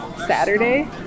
saturday